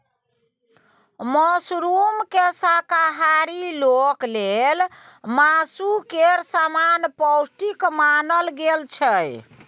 मशरूमकेँ शाकाहारी लोक लेल मासु केर समान पौष्टिक मानल गेल छै